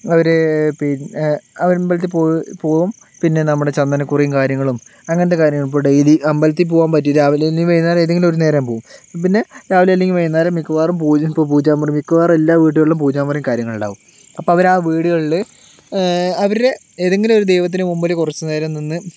അവർ പിന്നെ അമ്പലത്തിൽ പോയി പോവും പിന്നെ നമ്മുടെ ചന്ദനക്കുറിയും കാര്യങ്ങളും അങ്ങനത്തെ കാര്യങ്ങൾ ഇപ്പോൾ ഡെയിലി അമ്പലത്തിൽ പോവാൻ പറ്റി രാവിലെ അല്ലെങ്കിൽ വൈകുന്നേരം ഏതെങ്കിലും ഒരു നേരം പോവും പിന്നെ രാവിലെ അല്ലെങ്കിൽ വൈകുന്നേരം മിക്കവാറും പൂജ ഇപ്പോൾ പൂജാമുറി മിക്കവാറും എല്ലാ വീടുകളിലും പൂജാമുറിയും കാര്യങ്ങളുമുണ്ടാവും അപ്പോൾ അവർ ആ വീടുകളിൽ അവരുടെ ഏതെങ്കിലുമൊരു ദൈവത്തിന് മുമ്പിൽ കുറച്ച് നേരം നിന്ന്